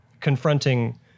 confronting